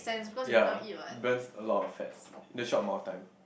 ya burns a lot of fats in a short amount of time